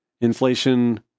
Inflation